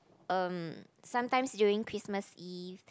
um sometimes during Christmas Eve